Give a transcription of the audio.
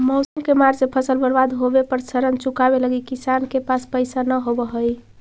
मौसम के मार से फसल बर्बाद होवे पर ऋण चुकावे लगी किसान के पास पइसा न होवऽ हइ